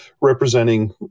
representing